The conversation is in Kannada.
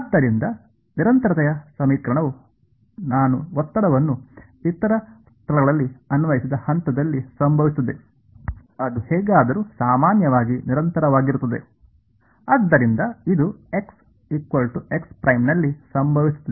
ಆದ್ದರಿಂದ ನಿರಂತರತೆಯ ಸಮೀಕರಣವು ನಾನು ಒತ್ತಡವನ್ನು ಇತರ ಸ್ಥಳಗಳಲ್ಲಿ ಅನ್ವಯಿಸಿದ ಹಂತದಲ್ಲಿ ಸಂಭವಿಸುತ್ತದೆ ಅದು ಹೇಗಾದರೂ ಸಾಮಾನ್ಯ ವಾಗಿ ನಿರಂತರವಾಗಿರುತ್ತದೆ ಆದ್ದರಿಂದ ಇದು x x' ನಲ್ಲಿ ಸಂಭವಿಸುತ್ತದೆ